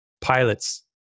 pilots